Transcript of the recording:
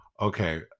Okay